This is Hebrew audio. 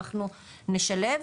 אנחנו נשלב.